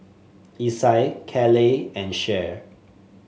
Isai Caleigh and Cher